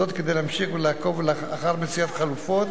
זאת כדי להמשיך ולעקוב אחר מציאת חלופות